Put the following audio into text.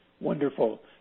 Wonderful